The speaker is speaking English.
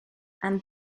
and